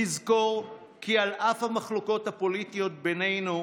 לזכור כי על אף המחלוקות הפוליטיות בינינו,